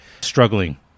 struggling